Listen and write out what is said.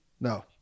No